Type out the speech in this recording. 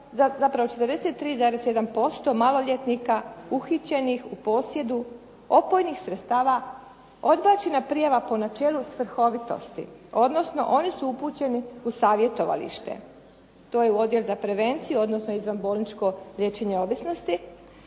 zapravo 43,1% maloljetnika uhićenih u posjedu opojnih sredstava odbačena prijava po načelu svrhovitosti, odnosno oni su upućeni u savjetovalište, to je u odjel u prevenciju, odnosno izvanbolničko liječenje ovisnosti.